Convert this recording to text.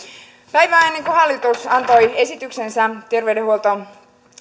päivää ennen kuin hallitus antoi esityksensä terveydenhuoltolain